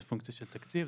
זה פונקציה של תקציב,